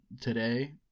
today